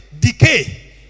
decay